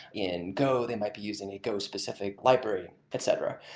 in go they might be using a go-specific library, etcetera.